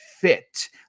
fit